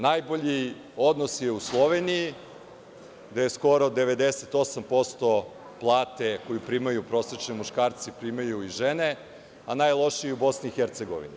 Najbolji odnos je u Sloveniji, gde skoro 98% plate koju primaju prosečni muškarci primaju i žene, a najlošiji je u Bosni i Hercegovini.